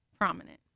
prominent